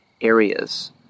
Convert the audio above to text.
areas